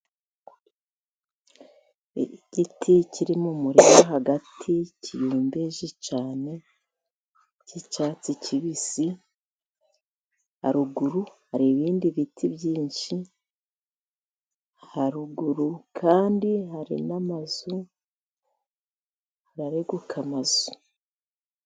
Igiti kiri mu murima hagati kirombeje cyane cy'icyatsi kibisi, haruguru hari ibindi biti byinshi, haruguru kandi hari n'amazu areguka amazu.